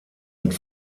mit